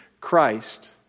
Christ